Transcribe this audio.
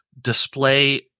display